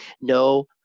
No